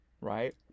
Right